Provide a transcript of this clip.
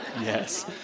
Yes